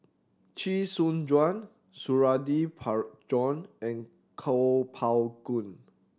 Chee Soon Juan Suradi Parjo and Kuo Pao Kun